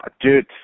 Dude